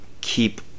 keep